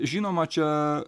žinoma čia